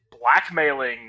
blackmailing